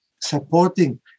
supporting